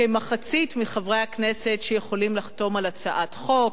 כמחצית מחברי הכנסת שיכולים לחתום על הצעת חוק.